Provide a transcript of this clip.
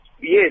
Yes